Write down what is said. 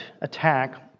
attack